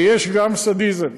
ויש גם סדיזם,